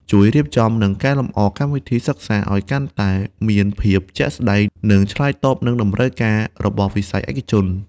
ជួយរៀបចំ និងកែលម្អកម្មវិធីសិក្សាឲ្យកាន់តែមានភាពជាក់ស្តែង និងឆ្លើយតបនឹងតម្រូវការរបស់វិស័យឯកជន។